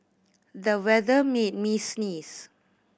the weather made me sneeze